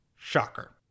Shocker